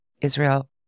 Israel